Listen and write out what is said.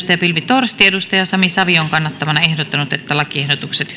pilvi torsti sami savion kannattamana ehdottanut että lakiehdotukset